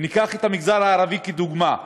וניקח את המגזר הערבי כדוגמה,